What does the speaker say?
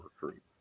recruit